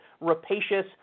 rapacious